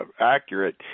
accurate